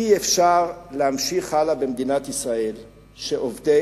אי-אפשר להמשיך הלאה במדינת ישראל כשעובדי